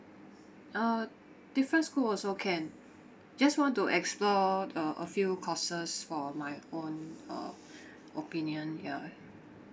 uh different school also can just want to explore uh a few courses for my own uh opinion ya